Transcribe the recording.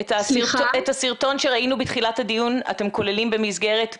את הסרטון שראינו בתחילת הדיון אתם כוללים במסגרת פגיעה?